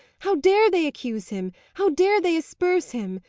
how dare they accuse him! how dare they asperse him?